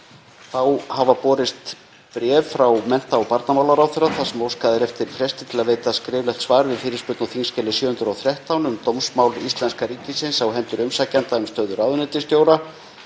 Þá hafa borist bréf frá mennta- og barnamálaráðherra þar sem óskað er eftir fresti til að veita skriflegt svar við fyrirspurn á þskj. 713, um dómsmál íslenska ríkisins á hendur umsækjenda um stöðu ráðuneytisstjóra,